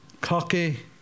cocky